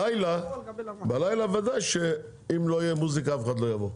בלילה ודאי שאם לא תהיה מוזיקה אז אף אחד לא יבוא,